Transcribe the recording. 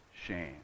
shame